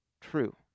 true